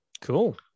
Cool